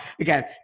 again